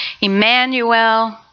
Emmanuel